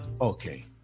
Okay